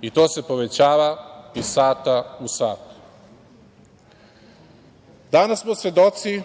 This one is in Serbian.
i to se povećava iz sata u sat. Danas smo svedoci